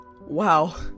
Wow